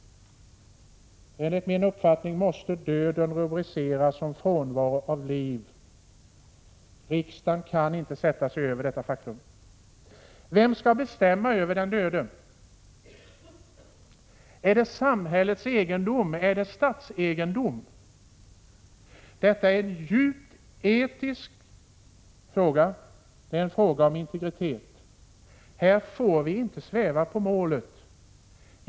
Enligt min uppfattning måste döden definieras som frånvaro av liv. Riksdagen kan inte sätta sig över detta faktum. Vem skall bestämma över den döde? Är den döde samhällets egendom, är den döde statsegendom? Detta är en djup etisk fråga, en fråga om integritet. Här får vi inte sväva på målet.